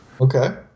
Okay